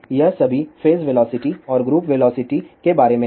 यह सभी phase velocity और ग्रुप वेलोसिटी के बारे में है